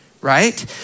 right